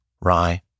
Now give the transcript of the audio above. rye